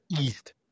east